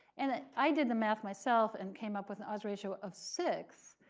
and ah i did the math myself and came up with an odds ratio of six.